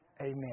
Amen